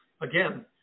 again